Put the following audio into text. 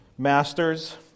masters